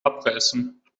abreißen